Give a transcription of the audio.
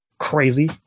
crazy